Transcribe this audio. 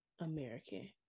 American